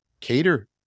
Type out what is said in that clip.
cater